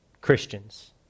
Christians